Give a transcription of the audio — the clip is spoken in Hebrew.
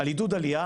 על עידוד עלייה,